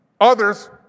others